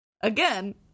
again